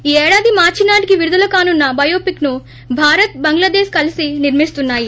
ఈ ఏడాది మార్చి నాటికి విడుదల కానున్న బయోపిక్ను భారత్ బంగ్లాదేశ్ కలీసి నిర్మిస్తున్నాయి